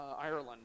Ireland